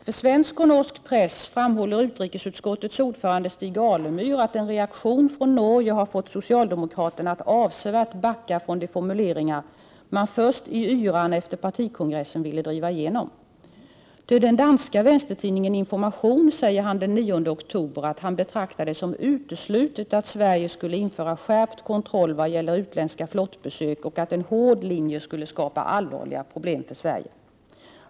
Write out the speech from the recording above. För svensk och norsk press framhåller utrikesutskottets ordförande Stig Alemyr att en reaktion från Norge har fått socialdemokraterna att avsevärt backa från de formuleringar man först, i yran efter partikongressen, ville driva igenom. Till den danska vänstertidningen Information säger han den 9 oktober att han betraktar det som uteslutet att Sverige skulle införa skärpt kontroll vad gäller utländska flottbesök och att en hård linje skulle skapa allvarliga problem för Sverige.